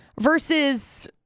versus